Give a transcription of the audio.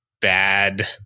bad